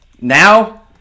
now